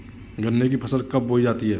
गन्ने की फसल कब बोई जाती है?